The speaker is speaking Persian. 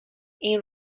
این